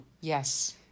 Yes